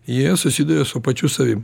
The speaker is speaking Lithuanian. jie susiduria su pačiu savim